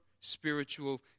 spiritual